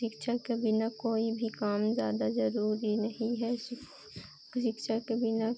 शिक्षा के बिना कोई भी काम ज़्यादा ज़रूरी नहीं है कि शिक्षा के बिना